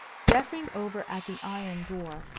geoffrey over at the iron door,